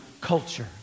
culture